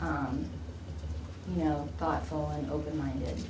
you know thoughtful and open minded